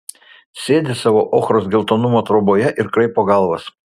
sėdi savo ochros geltonumo troboje ir kraipo galvas